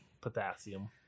potassium